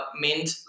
mint